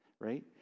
right